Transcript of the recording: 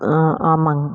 ஆ ஆமாங்க